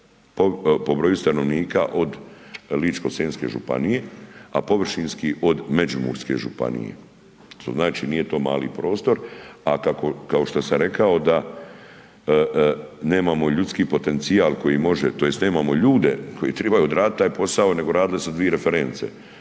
po broju stanovnika od Ličko-senjske županije, a površinski od Međimurske županije. Što znači nije to mali prostor, a kako, kao što sam rekao da nemamo ljudski potencijal tj. nemamo ljude koji tribaju odraditi taj posao nego radile su dvije referentice,